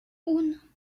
uno